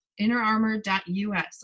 InnerArmor.us